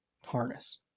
harness